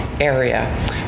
area